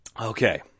Okay